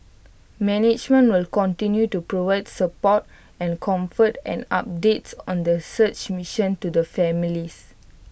management will continue to provide support and comfort and updates on the search mission to the families